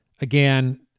Again